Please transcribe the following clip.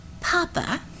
Papa